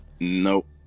Nope